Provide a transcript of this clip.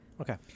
Okay